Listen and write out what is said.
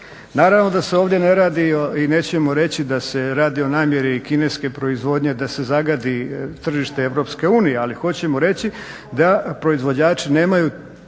Naravno da se ovdje ne radi i nećemo reći da se radi o namjeri kineske proizvodnje da se zagadi tržište Europske unije, ali hoćemo reći da proizvođači nemaju